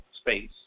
space